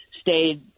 stayed